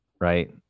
right